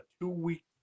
two-week